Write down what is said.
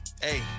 hey